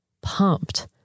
pumped